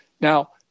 Now